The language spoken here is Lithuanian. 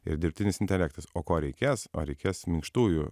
ir dirbtinis intelektas o ko reikės o reikės minkštųjų